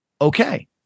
okay